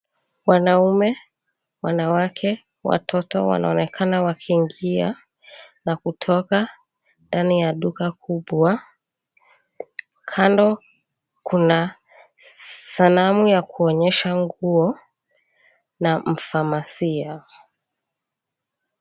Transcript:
Wanaume, wanawake, watoto wanaonekana wakiingia na kutoka ndani ya duka kubwa. Kando kuna sanamu ya kuonyesha nguo na mfamasia.